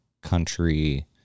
country